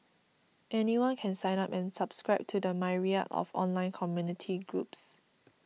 anyone can sign up and subscribe to the myriad of online community groups